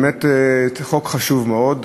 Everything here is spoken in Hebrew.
באמת חוק חשוב מאוד,